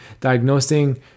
diagnosing